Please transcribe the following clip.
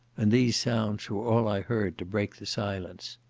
and these sounds were all i heard to break the silence.